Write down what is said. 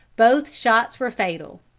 both shots were fatal.